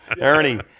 Ernie